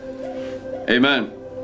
Amen